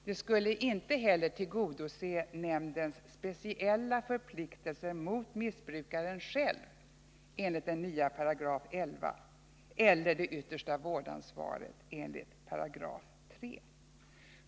Det skulle inte heller tillgodose nämndens speciella förpliktelser mot missbrukaren själv enligt den nya 11 § eller det yttersta vårdansvaret enligt 3 §.